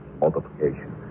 multiplication